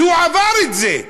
כי הוא עבר את זה.